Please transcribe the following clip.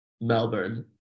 melbourne